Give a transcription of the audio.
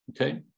okay